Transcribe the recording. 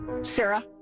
Sarah